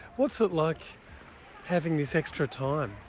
what's it like having this extra time?